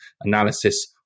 analysis